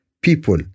people